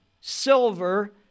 silver